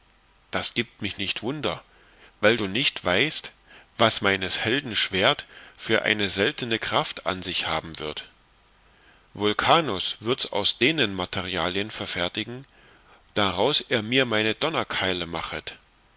das gibt mich nicht wunder weil du nicht weißt was meines helden schwert vor eine seltene kraft an sich haben wird vulcanus wirds aus denen materialien verfertigen daraus er mir meine donnerkeil machet